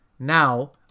now